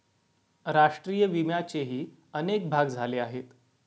राष्ट्रीय विम्याचेही अनेक भाग झाले आहेत